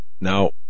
Now